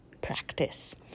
practice